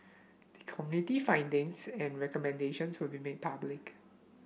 the Committee findings and recommendations will be made public